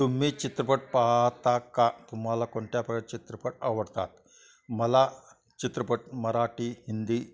तुम्ही चित्रपट पाहता का तुम्हाला कोणत्या प्रकार चित्रपट आवडतात मला चित्रपट मराठी हिंदी